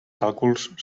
càlculs